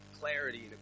clarity